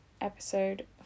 Episode